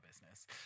business